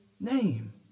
name